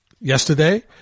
yesterday